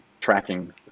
tracking